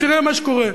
תראה מה שקורה.